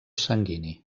sanguini